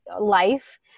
life